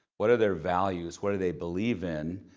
what are their values, what do they believe in,